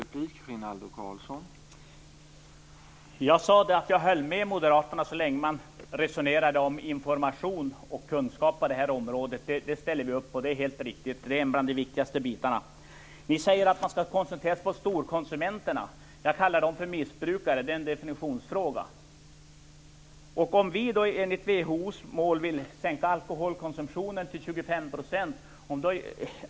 Herr talman! Jag sade att jag håller med moderaterna så länge de resonerar om information och kunskap på det här området. Det är ett av de viktigaste inslagen i detta sammanhang. Ni säger att man skall koncentrera sig på storkonsumenterna. Det är en definitionsfråga - jag kallar dem för missbrukare. WHO:s mål är att sänka alkoholkonsumtionen med 25 %.